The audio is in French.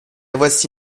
voici